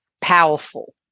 powerful